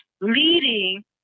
leading